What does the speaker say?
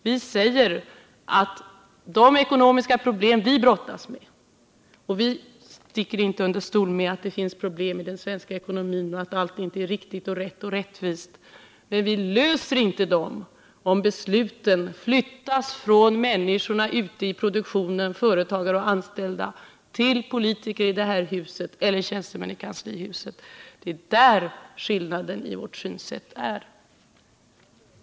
Vi säger att det är ekonomiska problem vi brottas med — vi sticker inte under stol med att det finns problem för den svenska ekonomin och att allt inte är riktigt och rättvist nu — men man löser inte problemen, om besluten flyttas från människorna ute i produktionen, från företagare och anställda, till politiker i det här huset eller till tjänstemän i kanslihuset. Det är där skillnaden i vårt synsätt ligger.